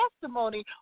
testimony